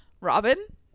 Robin